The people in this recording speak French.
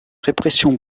répression